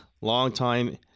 longtime